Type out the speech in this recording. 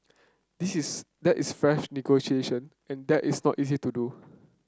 this is that is fresh negotiation and that is not easy to do